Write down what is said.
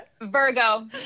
Virgo